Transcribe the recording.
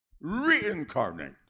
Reincarnate